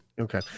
Okay